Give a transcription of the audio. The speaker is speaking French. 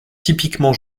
typiquement